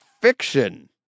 Fiction